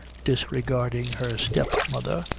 disregarding her step-mother,